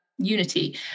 unity